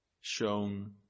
shown